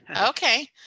Okay